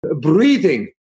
breathing